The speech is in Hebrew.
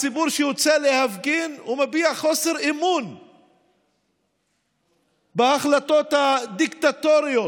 הציבור שיוצא להפגין מביע חוסר אמון בהחלטות הדיקטטוריות,